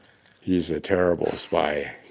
is a terrible spy